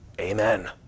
amen